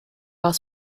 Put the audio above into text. while